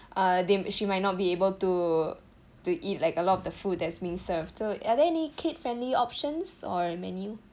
uh they she might not be able to to eat like a lot of the food that's being served so are there any kid friendly options or menu